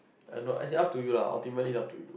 I don't know lah as in up to you lah ultimately it's up to you